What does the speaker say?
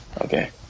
Okay